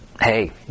hey